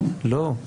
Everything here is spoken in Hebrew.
לא.